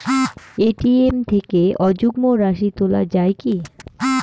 ATM থেকে অযুগ্ম রাশি তোলা য়ায় কি?